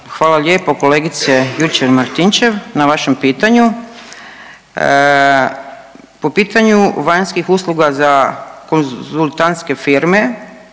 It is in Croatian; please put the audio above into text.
hvala lijepo kolegice Juričev-Martinčev na vašem pitanju. Po pitanju vanjskih usluga za konzultantske firme,